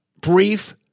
brief